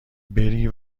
بری